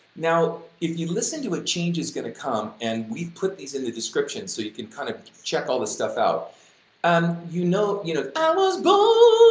now, if you listen to ah change is gonna come and we put these in the description so you can kind of check all this stuff out and um you know you know. i was born